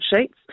sheets